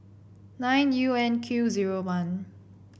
nine U N Q zero one